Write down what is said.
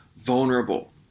vulnerable